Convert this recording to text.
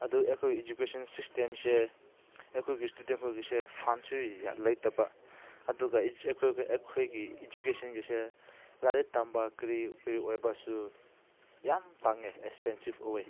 ꯑꯗꯨ ꯑꯩꯈꯣꯏ ꯏꯖꯨꯀꯦꯁꯟ ꯁꯤꯁꯇꯦꯝꯁꯦ ꯑꯩꯈꯣꯏꯒꯤ ꯏꯁꯇꯨꯗꯦꯟꯈꯣꯏꯒꯤꯁꯦ ꯐꯟꯁꯨ ꯂꯩꯇꯕ ꯑꯗꯨꯒ ꯑꯩꯈꯣꯏꯒꯤ ꯑꯩꯈꯣꯏꯒꯤ ꯏꯖꯨꯀꯦꯁꯟꯒꯤꯁꯦ ꯂꯥꯏꯔꯤꯛ ꯇꯝꯕ ꯀꯔꯤ ꯀꯔꯤ ꯑꯣꯏꯕꯁꯨ ꯌꯥꯝ ꯇꯥꯡꯉꯦ ꯑꯦꯛꯁꯄꯦꯟꯁꯤꯞ ꯑꯣꯏ